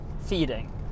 feeding